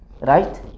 right